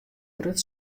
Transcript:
grut